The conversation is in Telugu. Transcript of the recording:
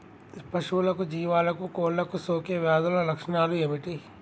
పశువులకు జీవాలకు కోళ్ళకు సోకే వ్యాధుల లక్షణాలు ఏమిటి?